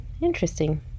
interesting